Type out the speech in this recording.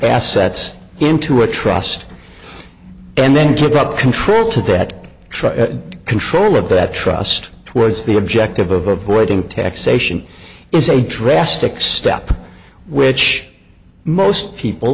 assets into a trust and then give up control to that try to control it that trust towards the objective of avoiding taxation is a drastic step which most people